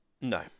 No